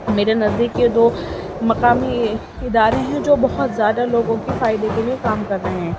میرے نزدیک یہ دو مقامی ادارے ہیں جو بہت زیادہ لوگوں کے فائدے کے لیے کام کر رہے ہیں